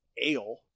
ale